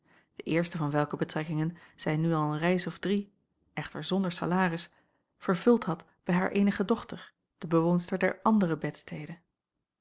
de eerste van welke betrekkingen zij nu al een reis of drie echter zonder salaris vervuld had bij haar eenige dochter de bewoonster der andere bedstede